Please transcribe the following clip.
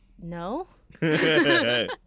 no